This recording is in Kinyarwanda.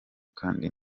kandi